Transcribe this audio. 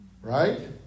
Right